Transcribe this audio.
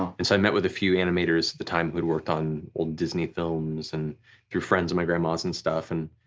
and so i met with a few animators at the time who had worked on old disney films, and through friends of my grandma and stuff. and